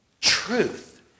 truth